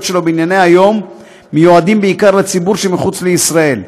שלו בענייני היום מיועדים בעיקר לציבור שמחוץ לישראל,